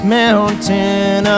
mountain